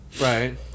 Right